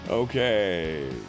Okay